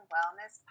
Wellness